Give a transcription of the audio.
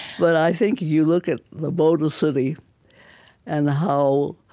but i think you look at the motor city and how